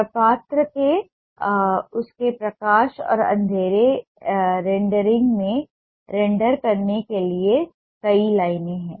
प्रपत्र को उसके प्रकाश और अंधेरे रेंडरिंग में रेंडर करने के लिए कई लाइनें हैं